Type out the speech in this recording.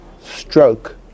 stroke